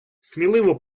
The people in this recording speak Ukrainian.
сміливо